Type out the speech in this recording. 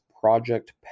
Project